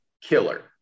killer